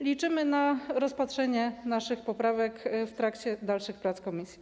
Liczymy na rozpatrzenie naszych poprawek w trakcie dalszych prac w komisji.